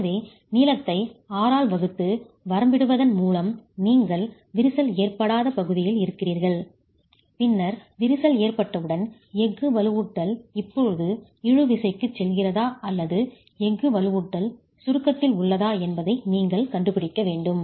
எனவே நீளத்தை 6 ஆல் வகுத்து வரம்பிடுவதன் மூலம் நீங்கள் விரிசல் ஏற்படாத பகுதியில் இருக்கிறீர்கள் பின்னர் விரிசல் ஏற்பட்டவுடன் எஃகு வலுவூட்டல் இப்போது இழு விசைக்கு செல்கிறதா அல்லது எஃகு வலுவூட்டல் சுருக்கத்தில் காம்ப்ரசிவ் ஸ்ட்ரெஸ் உள்ளதா என்பதை நீங்கள் கண்டுபிடிக்க வேண்டும்